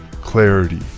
clarity